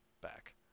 back